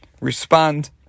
respond